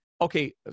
Okay